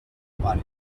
pare